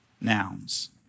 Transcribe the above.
Nouns